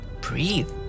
breathe